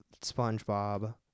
spongebob